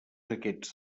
aquests